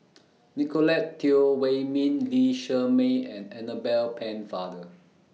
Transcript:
Nicolette Teo Wei Min Lee Shermay and Annabel Pennefather